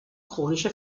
chronische